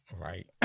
Right